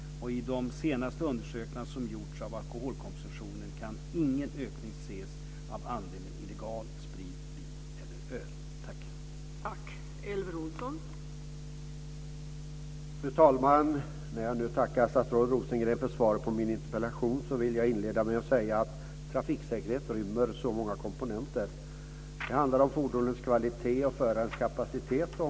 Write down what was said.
I de senaste undersökningar som gjorts av alkoholkonsumtionen kan ingen ökning ses av andelen illegal sprit, vin eller öl.